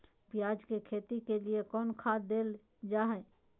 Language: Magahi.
प्याज के खेती के लिए कौन खाद देल जा हाय?